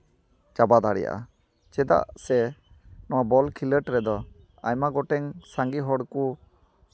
ᱪᱟᱵᱟ ᱫᱟᱲᱮᱭᱟᱜᱼᱟ ᱪᱮᱫᱟᱜ ᱥᱮ ᱱᱚᱣᱟ ᱵᱚᱞ ᱠᱷᱮᱞᱚᱸᱰ ᱨᱮᱫᱚ ᱟᱭᱢᱟ ᱜᱚᱴᱮᱱ ᱥᱟᱸᱜᱮ ᱦᱚᱲ ᱠᱚ